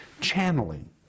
Channeling